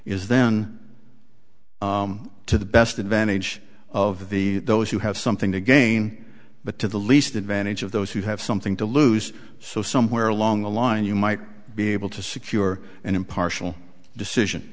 is then to the best advantage of the those who have something to gain but to the least advantage of those who have something to lose so somewhere along the line you might be able to secure an impartial decision